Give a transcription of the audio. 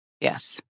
Yes